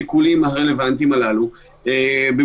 לשאלה הראשונה שלך, אוסאמה, אני